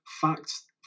facts